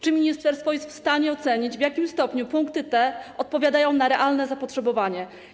Czy ministerstwo jest w stanie ocenić, w jakim stopniu punkty te odpowiadają realnemu zapotrzebowaniu?